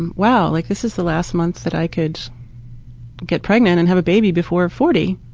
and wow, like this is the last month that i could get pregnant and have a baby before forty.